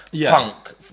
punk